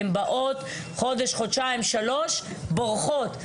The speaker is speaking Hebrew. הן באות חודש, חודשיים, שלושה, הן בורחות.